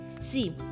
See